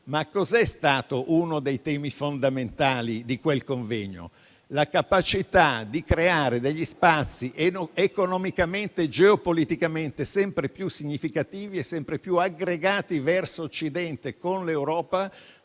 Fontana. Uno dei temi fondamentali del convegno era la capacità di creare degli spazi economicamente e geopoliticamente sempre più significativi e aggregati verso Occidente, con l'Europa,